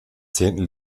zehnten